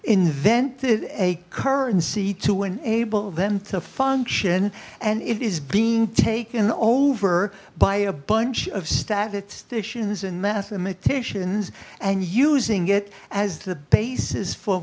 invented a currency to enable them to function and it is being taken over by a bunch of statisticians and mathematicians and using it as the basis for